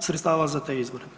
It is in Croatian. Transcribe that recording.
sredstava za te izvore.